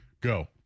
Go